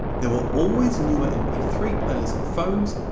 there were always newer m p three players and phones,